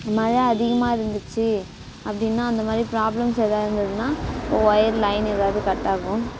மழை அதிகமாக இருந்திச்சு அப்படினா அந்த மாதிரி ப்ராப்ளம்ஸ் எதாவது இருந்ததுனால் ஒயர் லைன் எதாவது கட் ஆகும்